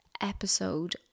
episode